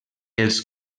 els